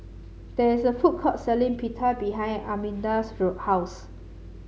there is a food court selling Pita behind Arminda's house